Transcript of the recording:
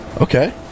Okay